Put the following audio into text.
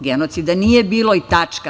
Genocida nije bilo i tačka.